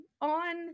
on